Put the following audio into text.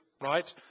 right